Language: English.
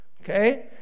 okay